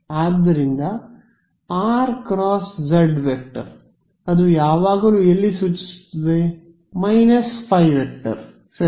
ಆದ್ದರಿಂದ r × zˆ ಅದು ಯಾವಾಗಲೂ ಎಲ್ಲಿ ಸೂಚಿಸುತ್ತದೆ ϕˆ ಸರಿ